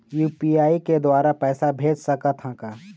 UPI के द्वारा पैसा भेज सकत ह का?